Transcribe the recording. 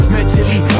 Mentally